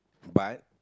but